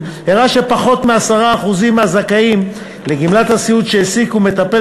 הראה שפחות מ-10% מהזכאים לגמלת הסיעוד שהעסיקו מטפל